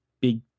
big